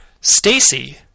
Stacy